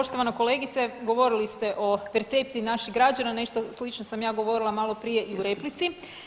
Poštovana kolegice govorili ste o percepciji naših građana, nešto slično sam ja govorila malo prije i u replici.